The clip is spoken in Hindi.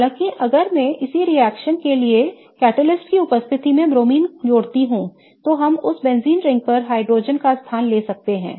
हालांकि अगर मैं इसी रिएक्शन के लिए उत्प्रेरक की उपस्थिति में Br2 जोड़ता हूं तो हम उस बेंजीन रिंग पर हाइड्रोजन का स्थान ले सकते हैं